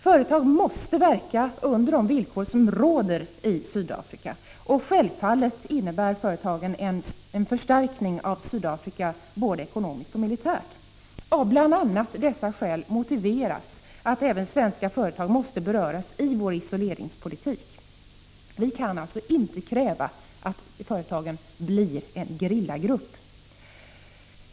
Företag måste verka under de villkor som råder i Sydafrika. Och självfallet innebär företagen en förstärkning av Sydafrika både ekonomiskt och militärt. Av bl.a. dessa skäl motiveras att även svenska företag måste beröras av vår isoleringspolitik. Vi kan inte kräva att företagen blir en gerillagrupp.